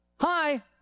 Hi